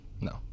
No